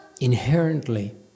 inherently